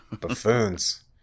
buffoons